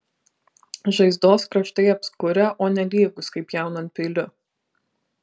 žaizdos kraštai apskurę o ne lygūs kaip pjaunant peiliu